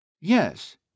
Yes